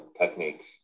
techniques